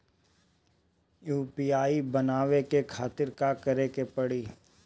UPI बनावे के खातिर का करे के पड़ी?